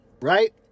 Right